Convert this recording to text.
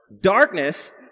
Darkness